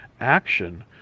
action